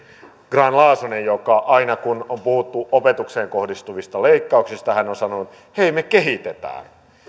grahn laasonen joka aina kun on puhuttu opetukseen kohdistuvista leikkauksista on sanonut hei me kehitetään